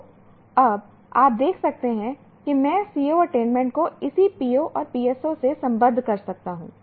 तो अब आप देख सकते हैं कि मैं CO अटेनमेंट को इसी PO और PSO से संबद्ध कर सकता हूं